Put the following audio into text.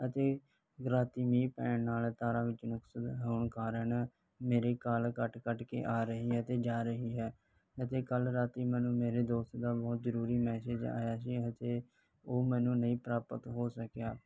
ਅਤੇ ਰਾਤੀ ਮੀਹ ਪੈਣ ਨਾਲ ਤਾਰਾਂ ਵਿੱਚ ਨੁਕਸ ਹੋਣ ਕਾਰਨ ਮੇਰੀ ਕਾਲ ਕੱਟ ਕੱਟ ਕੇ ਆ ਰਹੀ ਆ ਤੇ ਜਾ ਰਹੀ ਹੈ ਅਤੇ ਕੱਲ ਰਾਤੀ ਮੈਨੂੰ ਮੇਰੇ ਦੋਸਤ ਦਾ ਬਹੁਤ ਜਰੂਰੀ ਮੈਸੇਜ ਆਇਆ ਸੀ ਤੇ ਉਹ ਮੈਨੂੰ ਨਹੀਂ ਪ੍ਰਾਪਤ ਹੋ ਸਕਿਆ